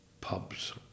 pubs